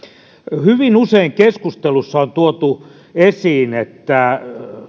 hyvin usein keskustelussa on tuotu esiin että